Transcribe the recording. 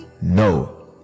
no